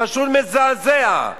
פשוט מזעזע.